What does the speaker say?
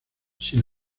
sin